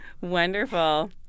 Wonderful